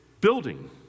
building